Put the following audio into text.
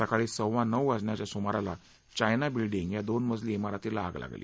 सकाळी सव्वा नऊ वाजण्याच्या सुमाराला चायना बिल्डींग या दोन मजली शिरतीला आग लागली